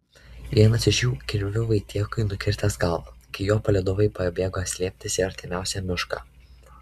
vienas iš jų kirviu vaitiekui nukirtęs galvą kai jo palydovai pabėgo slėptis į artimiausią mišką